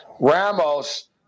Ramos